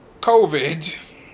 COVID